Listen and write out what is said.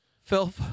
Phil